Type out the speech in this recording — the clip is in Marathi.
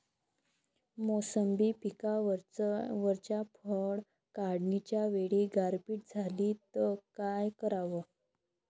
मोसंबी पिकावरच्या फळं काढनीच्या वेळी गारपीट झाली त काय कराव?